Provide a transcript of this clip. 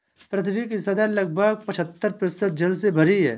पृथ्वी की सतह लगभग पचहत्तर प्रतिशत जल से भरी है